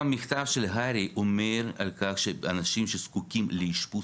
המכתב של הר"י אומר שאנשים שזקוקים לאשפוז